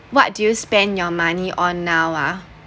what do you spend your money on now ah